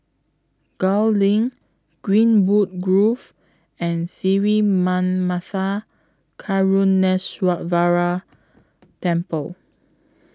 Gul LINK Greenwood Grove and Sri Manmatha Karuneshvarar Temple